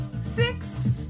six